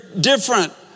different